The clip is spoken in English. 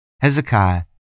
Hezekiah